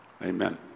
Amen